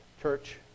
church